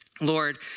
Lord